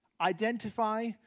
identify